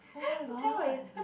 oh my god